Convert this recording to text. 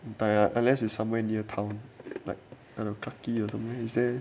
entire unless it's somewhere near town like clarke quay or something is there